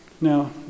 Now